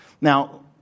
Now